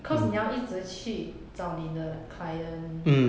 cause 你要一直去找你的 the client